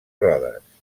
rodes